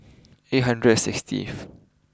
eight hundred sixth